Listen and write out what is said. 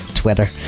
Twitter